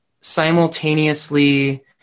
simultaneously